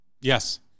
Yes